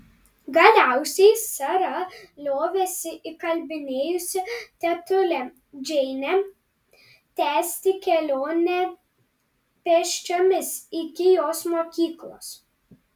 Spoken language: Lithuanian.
galiausiai sara liovėsi įkalbinėjusi tetulę džeinę tęsti kelionę pėsčiomis iki jos mokyklos